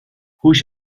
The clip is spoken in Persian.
هوش